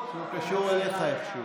שהוא קשור אליך איכשהו.